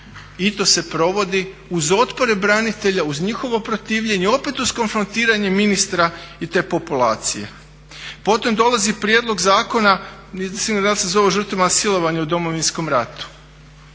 i to se provodi uz otpore branitelja, uz njihovo protivljenje opet uz konfrontiranje ministra i te populacije. Potom dolazi Prijedlog zakona nisam siguran da li se zove o žrtvama silovanja u Domovinskom ratu.